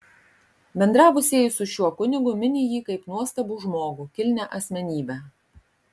bendravusieji su šiuo kunigu mini jį kaip nuostabų žmogų kilnią asmenybę